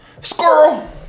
Squirrel